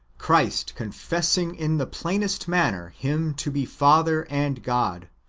christ confessing in the plainest manner him to be father and god,